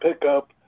pickup